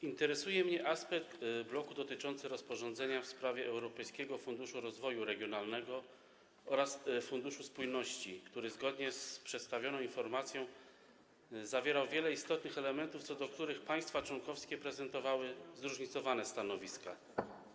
Interesuje mnie aspekt bloku dotyczącego rozporządzenia w sprawie Europejskiego Funduszu Rozwoju Regionalnego oraz Funduszu Spójności, który zgodnie z przedstawioną informacją zawierał wiele istotnych elementów, co do których państwa członkowskie prezentowały zróżnicowane stanowiska.